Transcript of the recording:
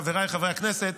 חבריי חברי הכנסת,